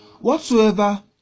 whatsoever